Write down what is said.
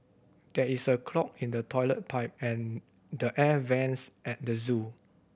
there is a clog in the toilet pipe and the air vents at the zoo